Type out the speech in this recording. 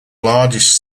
largest